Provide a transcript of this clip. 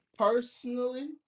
personally